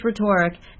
rhetoric